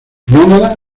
nómada